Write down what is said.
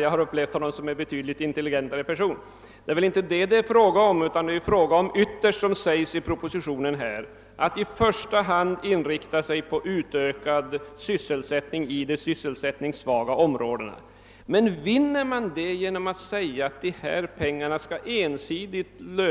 Jag har upplevt honom som en betydligt intelligentare person. Det är inte detta det är fråga om, utan vad man i första hand skall inrikta sig på är — såsom det sägs i propositionen — en utökad sysselsättning i de sysselsättningssvaga områdena. Men vinner man detta syfte genom att säga att pengarna ensidigt